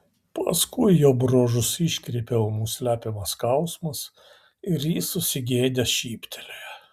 paskui jo bruožus iškreipė ūmus slepiamas skausmas ir jis susigėdęs šyptelėjo